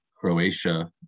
Croatia